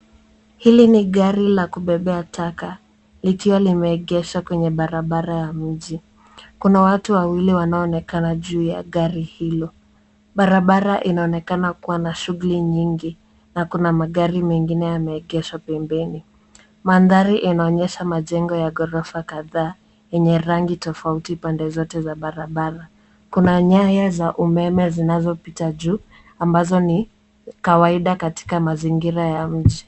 Hili ni gari la kubebea taka likiwa limeegeshwa kwenye barabara ya mji. Kuna watu wawili wanaoonekana juu ya gari hilo. Barabara inaonekana kuwa na shughuli nyingi na kuna magari mengine ambayo yameegeshwa pembeni. Mandhari yanaonyesha majengo ya ghorofa kadhaa yenye rangi tofauti pande zote za barabara. Kuna nyaya za umeme zinazopita juu ambazo ni kawaida katika mazingira ya mji.